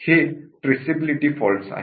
हे traceability fault आहेत